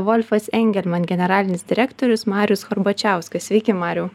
volfas engelman generalinis direktorius marius horbačiauskas sveiki mariau